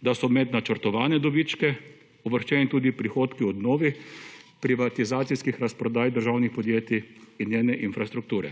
da so med načrtovane dobičke oproščeni tudi prihodki od novih privatizacijskih razprodaj državnih podjetij in njene infrastrukture.